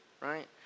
right